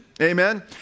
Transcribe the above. Amen